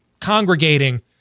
congregating